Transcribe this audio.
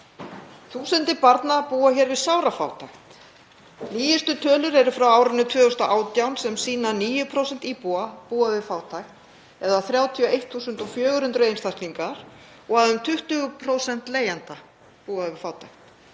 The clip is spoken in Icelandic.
Þúsundir barna búa hér við sárafátækt. Nýjustu tölur eru frá árinu 2018 og sýna að 9% íbúa búa við fátækt eða 31.400 einstaklingar, og að um 20% leigjenda búa við fátækt.